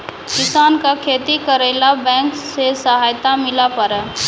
किसान का खेती करेला बैंक से सहायता मिला पारा?